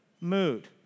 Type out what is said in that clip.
mood